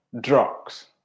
drugs